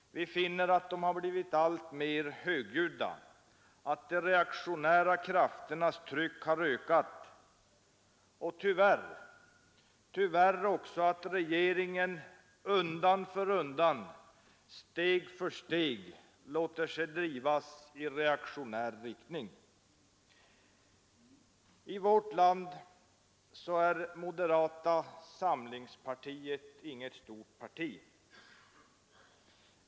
Vi finner att de blivit alltmer högljudda, att de reaktionära krafternas tryck har ökat och tyvärr också att regeringen undan för undan, steg för steg, låter sig drivas i reaktionär riktning. Moderata samlingspartiet är i vårt land inget stort parti.